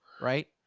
right